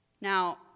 Now